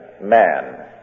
man